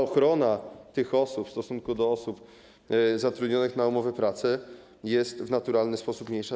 Ochrona tych osób w stosunku do osób zatrudnionych na umowę o pracę jest w naturalny sposób mniejsza.